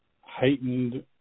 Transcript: heightened